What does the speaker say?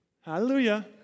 Hallelujah